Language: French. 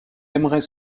aimerait